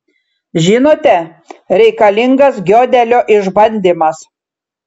žinote reikalingas giodelio išbandymas